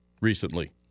recently